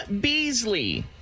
Beasley